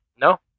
No